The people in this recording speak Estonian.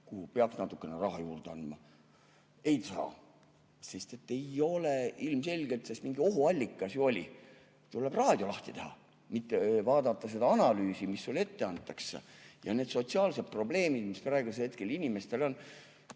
kuhu peaks natukene raha juurde andma, seda ei saa, sest et seda ei ole ilmselgelt. Mingi ohuallikas ju oli. Tuleb raadio lahti teha, mitte vaadata seda analüüsi, mis sulle ette antakse. Need sotsiaalsed probleemid, mis praegu inimestel on